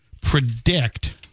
predict